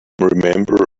remember